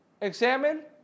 Examine